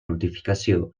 notificació